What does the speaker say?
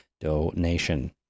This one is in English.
donation